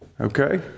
okay